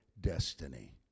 destiny